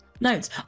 notes